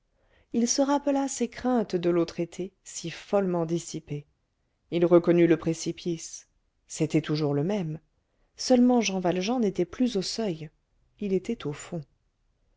il se rappela ses craintes de l'autre été si follement dissipées il reconnut le précipice c'était toujours le même seulement jean valjean n'était plus au seuil il était au fond